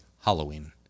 Halloween